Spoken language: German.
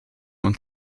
und